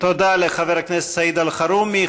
תודה לחבר הכנסת סעיד אלחרומי.